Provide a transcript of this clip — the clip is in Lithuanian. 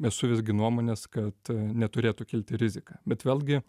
esu visgi nuomonės kad neturėtų kilti rizika bet vėlgi